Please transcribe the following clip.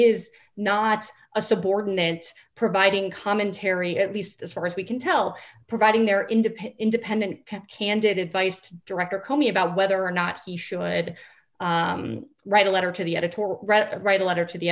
is not a subordinate providing commentary at least as far as we can tell providing their independent independent candid advice to director comey about whether or not he should write a letter to the editorial read write a letter to the